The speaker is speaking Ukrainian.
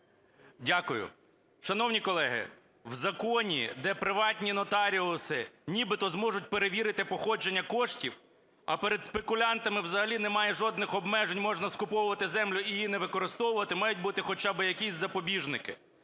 Дякую. Шановні колеги! В законі, де приватні нотаріуси нібито зможуть перевірити походження коштів, а перед спекулянтами взагалі немає жодних обмежень, можна скуповувати землю і її не використовувати, мають бути хоча би якісь запобіжники.